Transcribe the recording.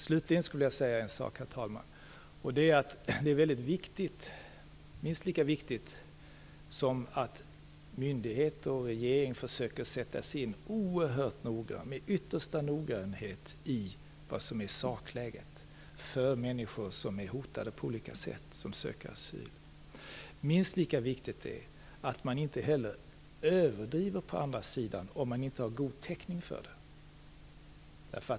Slutligen vill jag säga att det är väldigt viktigt - minst lika viktigt som att regeringen och myndigheter med yttersta noggrannhet försöker att sätta sig in i vad som är sakläget för människor som är hotade på olika sätt och som söker asyl - att man från den andra sidan inte heller överdriver om man inte har god täckning för det.